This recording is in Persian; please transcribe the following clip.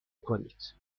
کنید